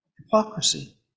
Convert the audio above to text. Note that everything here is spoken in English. Hypocrisy